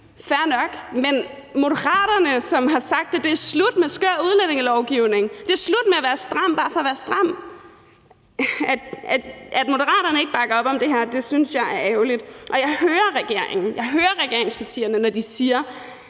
fair nok, men at Moderaterne, som har sagt, at det er slut med skør udlændingelovgivning, og at det er slut med at være stram bare for at være stram, ikke bakker op om det her, synes jeg er ærgerligt. Og jeg hører, at regeringen, regeringspartierne, siger,